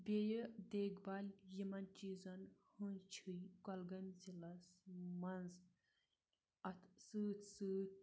بیٚیہِ دیکھ بال یِمَن چیٖزَن ہُنٛد چھی کۄلگٲم ضِلَس منٛز اَتھ سۭتۍ سۭتۍ